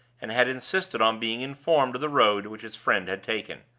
and had insisted on being informed of the road which his friend had taken.